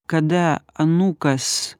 kada anūkas